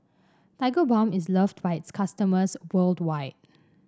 Tigerbalm is loved by its customers worldwide